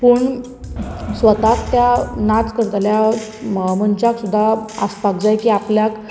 पूण स्वताक त्या नाच करतल्या मनशाक सुद्दां आसपाक जाय की आपल्याक